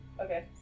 Okay